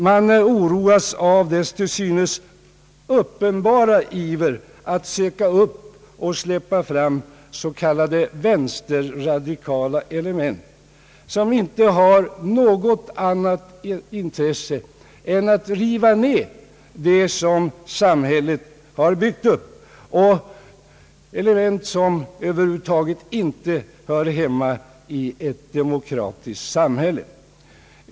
Man oroas av dess till synes uppenbara iver att söka upp och släppa fram s.k. vänsterradikala element, som inte har något annat intresse än att riva ned det som samhället har byggt upp, element som över huvud taget inte hör hemma i ett demokratiskt samhälle.